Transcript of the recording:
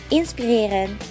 inspireren